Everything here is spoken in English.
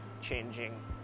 changing